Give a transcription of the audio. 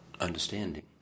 understanding